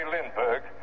Lindbergh